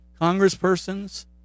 congresspersons